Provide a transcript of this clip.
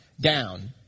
down